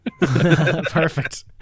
Perfect